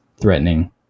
threatening